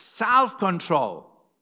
Self-control